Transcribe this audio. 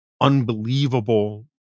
unbelievable